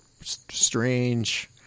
strange